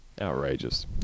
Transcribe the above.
Outrageous